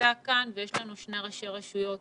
שנמצא כאן ויש לנו גם שני ראשי רשויות